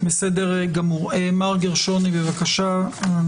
מר גרשוני, בבקשה.